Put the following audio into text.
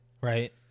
right